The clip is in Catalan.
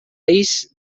ais